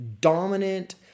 dominant